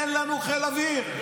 אין לנו חיל אוויר,